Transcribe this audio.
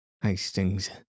Hastings